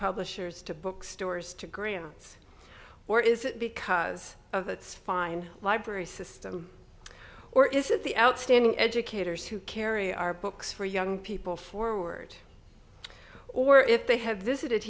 publishers to bookstores to graham's or is it because of its fine library system or is it the outstanding educators who carry our books for young people forward or if they have